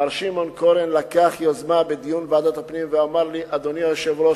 מר שמעון קורן לקח יוזמה בדיון בוועדת הפנים ואמר לי: אדוני היושב-ראש,